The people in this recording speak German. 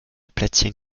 plätzchen